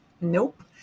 Nope